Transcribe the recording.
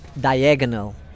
diagonal